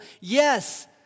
Yes